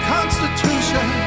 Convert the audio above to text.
Constitution